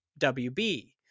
WB